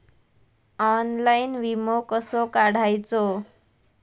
Online विमो कसो काढायचो?